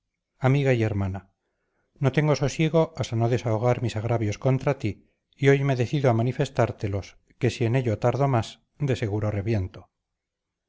amiga y hermana no tengo sosiego hasta no desahogar mis agravios contra ti y hoy me decido a manifestártelos que si en ello tardo más de seguro reviento